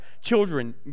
children